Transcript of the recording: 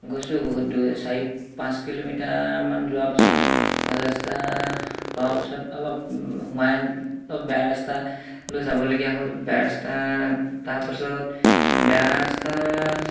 গৈছোঁ বহুত দূৰ চাৰি পাঁচ কিলোমিটাৰমান যোৱাৰ পাছত ভাল ৰাস্তা পোৱাৰ পাছত অলপ সোমাই অলপ বেয়া ৰাস্তালৈ যাবলগীয়া হ'ল বেয়া ৰাস্তাত তাৰপাছত বেয়া ৰাস্তাত